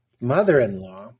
mother-in-law